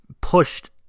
pushed